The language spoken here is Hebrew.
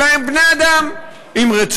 אלא הם בני-אדם, עם רצונות,